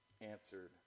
answered